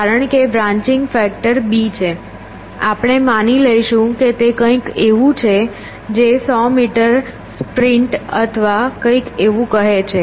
કારણ કે branching factor b છે આપણે માની લઈશું કે તે કંઈક એવું છે જે 100 મીટર સ્પ્રિન્ટ અથવા કંઈક એવું કહે છે